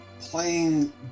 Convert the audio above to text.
playing